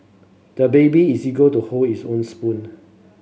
the baby is eager to hold his own spoon